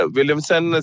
Williamson